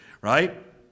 right